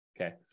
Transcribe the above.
Okay